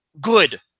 good